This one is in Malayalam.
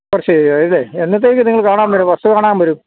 ഇല്ലേ എന്നത്തേക്ക് നിങ്ങള് കാണാന് വരും വസ്തു കാണാൻ വരും